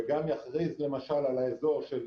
וגם יכריז, למשל, על האזור של